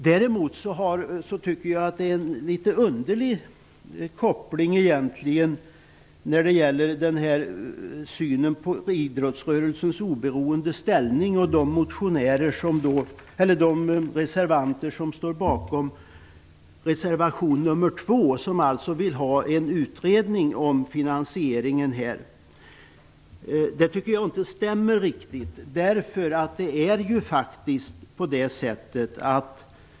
Däremot tycker jag att kopplingen mellan synen på idrottsrörelsens oberoende ställning och förslaget i reservation 2 om en utredning av finansieringen egentligen är litet underlig. Det stämmer inte riktigt.